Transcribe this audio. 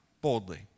boldly